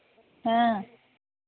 हाँ